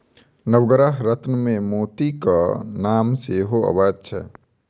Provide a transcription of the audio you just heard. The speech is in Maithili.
नवग्रह रत्नमे मोतीक नाम सेहो अबैत छै